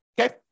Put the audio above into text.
okay